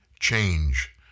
change